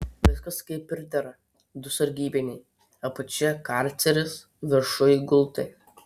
viskas kaip pridera du sargybiniai apačioje karceris viršuj gultai